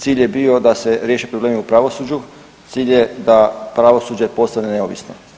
Cilj je bio da se riješe problemi u pravosuđu i cilj je da pravosuđe postane neovisno.